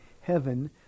heaven